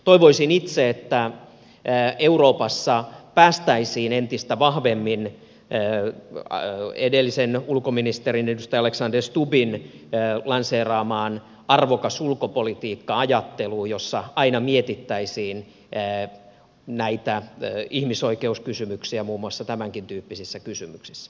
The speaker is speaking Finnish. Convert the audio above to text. toivoisin itse että euroopassa päästäisiin entistä vahvemmin edellisen ulkoministerin edustaja alexander stubbin lanseeraamaan arvokas ulkopolitiikka ajatteluun jossa aina mietittäisiin näitä ihmisoikeuskysymyksiä muun muassa tämänkin tyyppisissä kysymyksissä